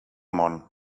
món